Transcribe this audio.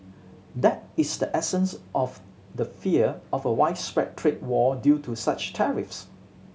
that is the essence of the fear of a widespread trade war due to such tariffs